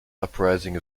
uprising